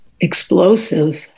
explosive